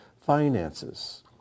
finances